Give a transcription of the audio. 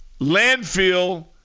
Landfill